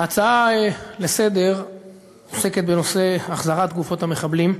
ההצעה לסדר-היום עוסקת בנושא החזרת גופות המחבלים,